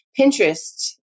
Pinterest